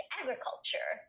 agriculture